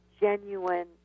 genuine